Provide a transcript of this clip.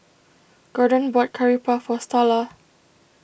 Gordon bought Curry Puff for Starla